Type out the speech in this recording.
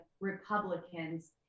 Republicans